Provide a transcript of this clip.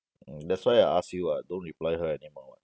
hmm that's why I ask you [what] don't reply her anymore [what]